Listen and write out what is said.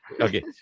Okay